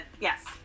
yes